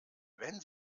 wenn